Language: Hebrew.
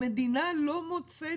המדינה לא מוצאת